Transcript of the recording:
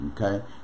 okay